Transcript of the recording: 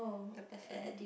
the person